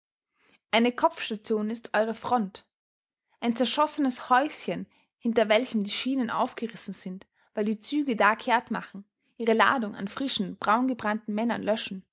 eine kopfstation ist eure front ein zerschossenes häuschen hinter welchem die schienen aufgerissen sind weil die züge da kehrt machen ihre ladung an frischen braungebrannten männern löschen